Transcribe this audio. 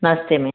नास्ते में